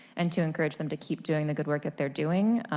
and to encourage them to keep doing the good work they are doing.